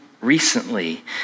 recently